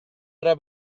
era